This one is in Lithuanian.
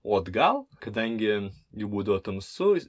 o atgal kadangi jau būdavo tamsu jis